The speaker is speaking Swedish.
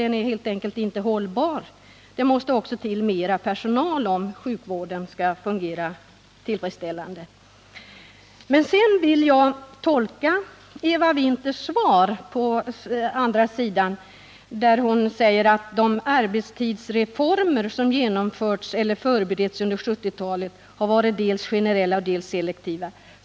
Den är helt enkelt inte hållbar. Det måste också till mer personal om sjukvården skall kunna fungera tillfredsställande. Eva Winther säger i sitt svar: ”De arbetstidsreformer som genomförts eller förberetts under 1970-talet har varit dels generella, dels selektiva.